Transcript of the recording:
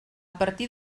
partir